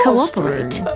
Cooperate